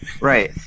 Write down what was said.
Right